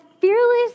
fearless